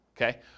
Okay